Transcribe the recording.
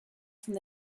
from